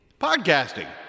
Podcasting